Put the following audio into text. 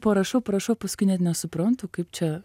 parašau prašau paskui net nesuprantu kaip čia